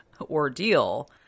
ordeal